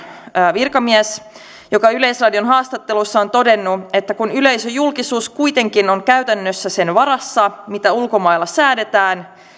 virkamies joka yleisradion haastattelussa on todennut että kun yleisöjulkisuus kuitenkin on käytännössä sen varassa mitä ulkomailla säädetään